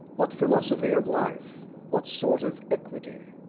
what philosophy of life, what sort of equity?